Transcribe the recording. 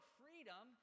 freedom